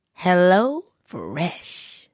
HelloFresh